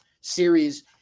series